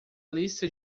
lista